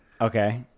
okay